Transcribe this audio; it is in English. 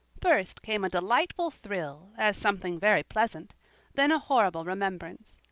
first came a delightful thrill, as something very pleasant then a horrible remembrance.